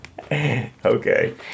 Okay